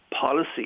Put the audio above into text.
policy